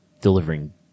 delivering